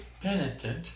penitent